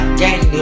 gang